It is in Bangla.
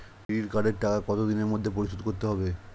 বিড়ির কার্ডের টাকা কত দিনের মধ্যে পরিশোধ করতে হবে?